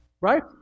Right